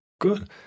Good